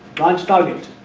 branch target,